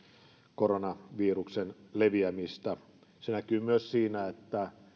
koronaviruksen leviämistä se näkyy myös siinä että